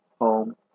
home